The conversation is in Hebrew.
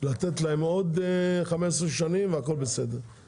לתת להם עוד 15 שנים והכול בסדר.